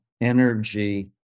energy